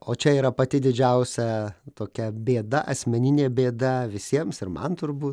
o čia yra pati didžiausia tokia bėda asmeninė bėda visiems ir man turbūt